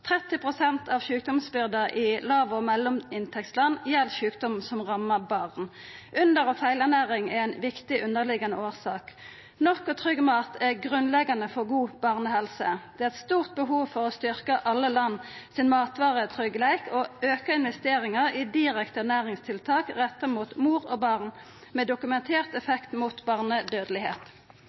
pst. av sjukdomsbyrda i lav- og mellominntektsland gjeld sjukdom som rammar barn. Under- og feilernæring er ei viktig underliggjande årsak. Nok og trygg mat er grunnleggjande for god barnehelse. Det er eit stort behov for å styrkja matvaretryggleiken i alle land og auka investeringar i direkte ernæringstiltak retta mot mor og barn med dokumentert effekt mot barnedødelegheit.